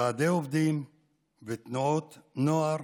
ועדי עובדים ותנועות נוער.